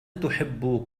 تحب